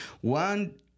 One